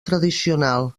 tradicional